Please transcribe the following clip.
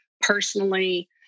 personally